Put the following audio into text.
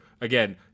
Again